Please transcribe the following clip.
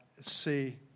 see